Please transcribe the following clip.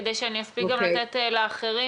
כדי שאני אספיק לתת גם לאחרים.